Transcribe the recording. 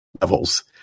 levels